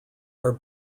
are